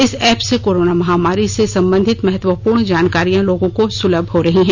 इस एप से कोरोना महामारी से संबंधित महत्वपूर्ण जानकारियां लोगों को सुलभ हो रही है